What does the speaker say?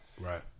Right